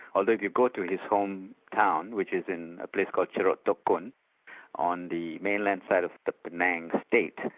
although you go to and his home town, which is in a place called cherok tok kun on the mainland side of the malayan state.